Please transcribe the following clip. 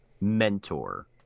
mentor